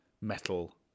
metal